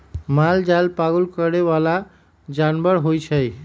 मालजाल पागुर करे बला जानवर होइ छइ